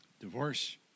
Divorce